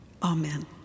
Amen